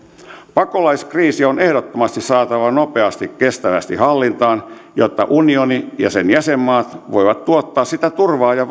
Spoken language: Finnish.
pakolaiskriisi on ehdottomasti saatava nopeasti ja kestävästi hallintaan jotta unioni ja sen jäsenmaat voivat tuottaa sitä turvaa ja